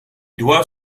doivent